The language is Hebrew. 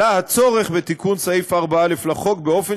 עלה הצורך בתיקון סעיף 4(א) לחוק באופן